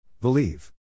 Believe